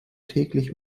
täglich